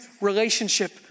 relationship